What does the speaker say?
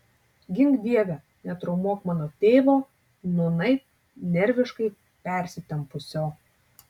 gink dieve netraumuok mano tėvo nūnai nerviškai persitempusio